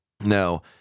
No